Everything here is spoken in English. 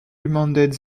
remanded